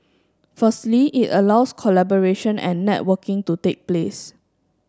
firstly it allows collaboration and networking to take place